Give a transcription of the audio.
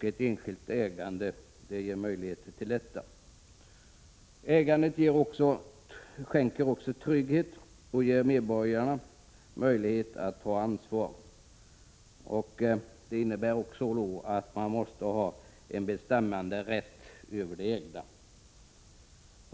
Ett enskilt ägande ger möjligheter till detta. Ägandet skänker trygghet och ger medborgarna möjlighet att ta ansvar. Det innebär också att man måste ha rätt att bestämma över det ägda.